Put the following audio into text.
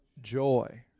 joy